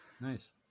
Nice